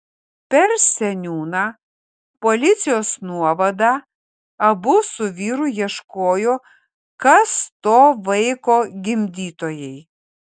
per seniūną policijos nuovadą abu su vyru ieškojo kas to vaiko gimdytojai